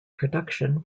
production